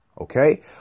okay